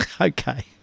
Okay